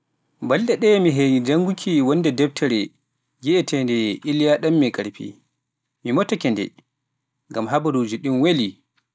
Iri deftere ɓurnde moƴƴude nde njanngu-ɗaa ko ɓooyaani koo kadi hol ko waɗi aɗa wasiyoo nde?